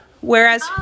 whereas